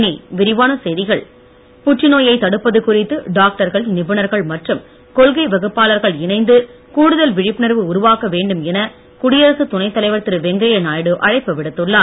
புற்றுநோய் புற்றுநோயை தடுப்பது குறித்து டாக்டர்கள் நிபுணர்கள் மற்றும் கொள்கை வகுப்பாளர்கள் இணைந்து கூடுதல் விழிப்புணர்வு உருவாக்க வேண்டும் என குடியரசு துணைத் தலைவர் திரு வெங்கையநாயுடு அழைப்பு விடுத்துள்ளார்